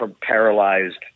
paralyzed